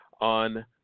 on